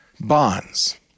Bonds